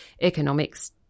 economics